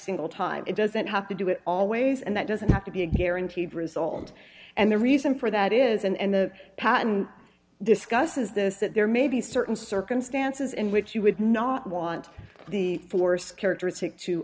single time it doesn't have to do it always and that doesn't have to be a guaranteed result and the reason for that is and the patent discusses this that there may be certain circumstances in which you would not want the force characteristic to